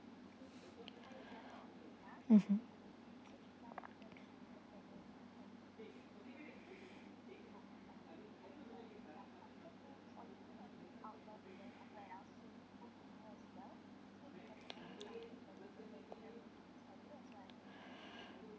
mmhmm